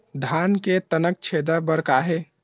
धान के तनक छेदा बर का हे?